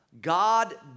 God